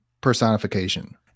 personification